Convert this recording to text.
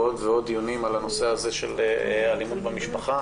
עוד ועוד דיונים על הנושא הזה של אלימות במשפחה